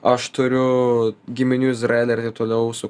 aš turiu giminių izraelyje ir toliau su